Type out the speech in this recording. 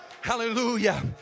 Hallelujah